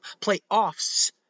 playoffs